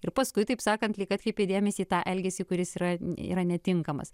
ir paskui taip sakant lyg atkreipė dėmesį į tą elgesį kuris yra yra netinkamas